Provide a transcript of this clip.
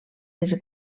les